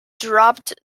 dropped